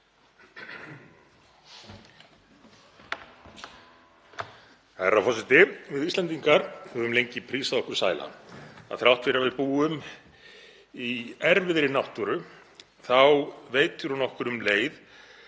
Herra forseti. Við Íslendingar höfum lengi prísað okkur sæla að þrátt fyrir að við búum í erfiðri náttúru þá veitir hún okkur um leið